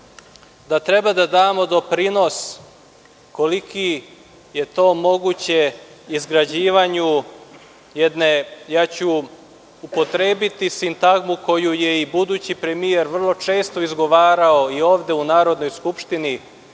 da treba da damo doprinos, koliko je to moguće, izgrađivanju jedne, upotrebiću sintagmu koju je i budući premijer vrlo često izgovarao ovde u Narodnoj skupštini,